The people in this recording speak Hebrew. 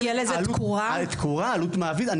עלות מעביד?